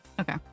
Okay